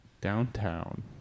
downtown